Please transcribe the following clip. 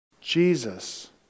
Jesus